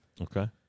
Okay